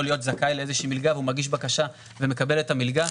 להיות זכאי לאיזה שהיא מלגה והוא מגיש בקשה ומקבל את המלגה,